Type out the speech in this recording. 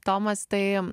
tomas tai